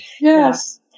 yes